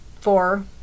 four